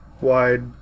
wide